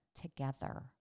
together